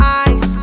eyes